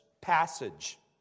passage